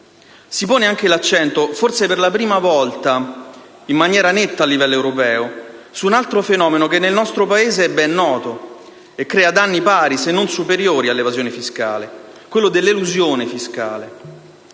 Si pone anche l'accento, forse per la prima volta in maniera netta a livello europeo, su un altro fenomeno, che nel nostro Paese è ben noto e che crea danni pari se non superiori all'evasione fiscale: l'elusione fiscale.